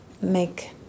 make